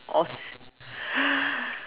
or s~